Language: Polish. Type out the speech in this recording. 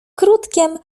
krótkiem